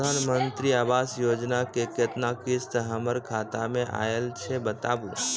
प्रधानमंत्री मंत्री आवास योजना के केतना किस्त हमर खाता मे आयल छै बताबू?